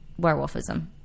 werewolfism